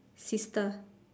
sister